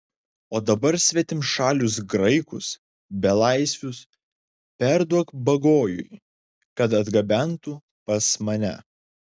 o dabar svetimšalius graikus belaisvius perduok bagojui kad atgabentų pas mane